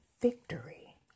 victory